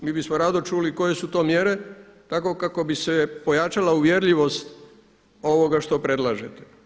Mi bismo rado čuli koje su to mjere tako kako bi se pojačala uvjerljivosti ovoga što predlažete.